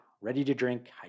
ready-to-drink